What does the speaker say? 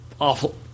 awful